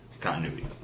Continuity